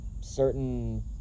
certain